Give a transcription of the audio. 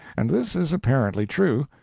and this is apparently true,